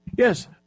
Yes